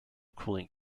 cooling